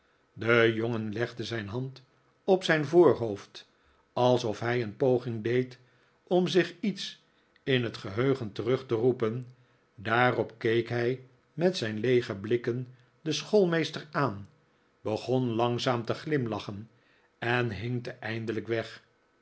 de jongen legde zijn hand op zijn voor hoofd alsof hij een poging deed om zich iets in het geheugen terug te roepen daarop keek hij met zijn leege blikken den schoolmeester aan begon langzaam te glimlachen en hinkte eindelijk weg